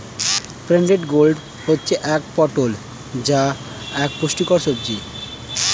pointed gourd হচ্ছে পটল যা এক পুষ্টিকর সবজি